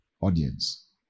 audience